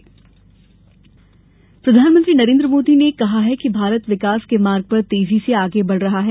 PM Modi प्रधानमंत्री नरेंद्र मोदी ने कहा है कि भारत विकास के मार्ग पर तेजी से आगे बढ़ रहा है